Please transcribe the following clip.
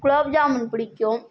குலோப்ஜாமூன் பிடிக்கும்